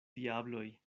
diabloj